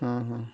ᱦᱮᱸ ᱦᱮᱸ